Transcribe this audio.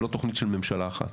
היא לא תוכנית של ממשלה אחת,